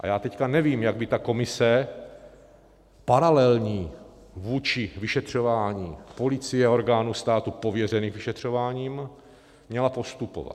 A já teď nevím, jak by ta komise, paralelní vůči vyšetřování policie a orgánů státu pověřených vyšetřováním, měla postupovat.